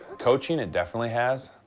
coaching it definitely has.